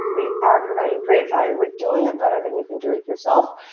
we are preventing great value. we're doing it better than you can do it yourself.